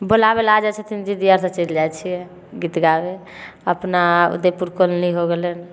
बुलाबैलए आ जाइ छथिन दीदी आओर से चलि जाइ छिए गीत गाबै अपना उदयपुर कॉलोनी हो गेलनि